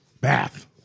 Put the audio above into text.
Bath